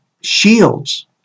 Shields